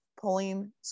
pulling